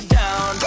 down